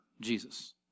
Jesus